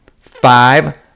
Five